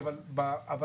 חברת פארק אריאל שרון.